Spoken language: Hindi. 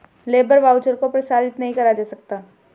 लेबर वाउचर को प्रसारित नहीं करा जा सकता